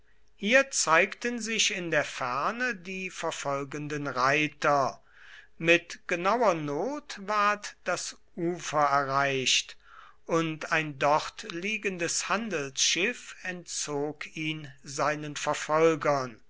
hier zeigten sich in der ferne die verfolgenden reiter mit genauer not ward das ufer erreicht und ein dort liegendes handelsschiff entzog ihn seinen verfolgern